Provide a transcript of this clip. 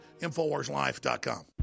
InfoWarsLife.com